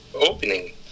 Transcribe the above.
opening